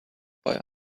boy